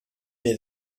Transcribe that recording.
mes